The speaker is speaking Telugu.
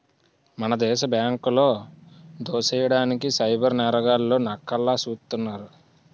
మన దేశ బ్యాంకులో దోసెయ్యడానికి సైబర్ నేరగాళ్లు నక్కల్లా సూస్తున్నారు